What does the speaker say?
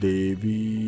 Devi